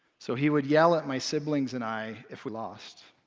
so he would yell at my siblings and i if we lost,